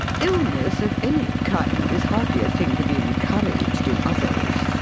illness of any kind is hardly a thing to be encouraged in others.